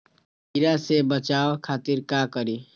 कीरा से बचाओ खातिर का करी?